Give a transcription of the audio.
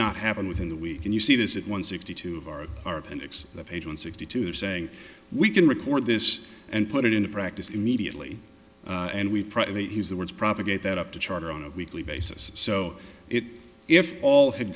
not happen within the week and you see this it one sixty two of our of our appendix the page one sixty two saying we can record this and put it into practice immediately and we private use the words propagate that up to charter on a weekly basis so it if all had